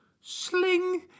sling